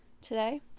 today